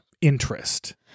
interest